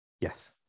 Yes